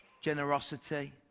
generosity